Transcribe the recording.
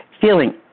feeling